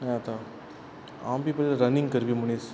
यें आता हांव बी पयलीं रनींग करपी मनीस